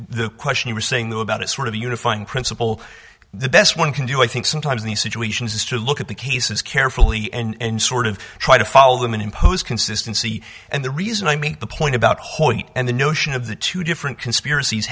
the questioner saying though about a sort of a unifying principle the best one can do i think sometimes in these situations is to look at the cases carefully and sort of try to follow them and impose consistency and the reason i make the point about hoyt and the notion of the two different conspiracies